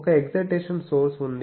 ఒక excitation source ఉంది